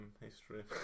history